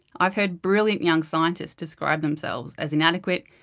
i've heard brilliant young scientists describe themselves as inadequate,